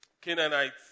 Canaanites